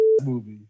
movie